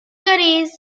goodies